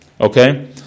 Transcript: Okay